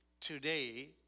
today